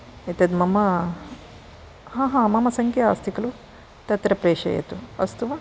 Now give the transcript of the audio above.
एतद् मम हा हा मम सङ्ख्या अस्ति खलु तत्र प्रेषयतु अस्तु वा